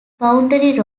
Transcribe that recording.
boundary